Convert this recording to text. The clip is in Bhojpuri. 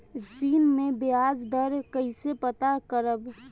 ऋण में बयाज दर कईसे पता करब?